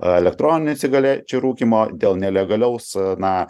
elektroninių cigarečių rūkymo dėl nelegaliaus na